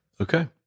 okay